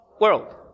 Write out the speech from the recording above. world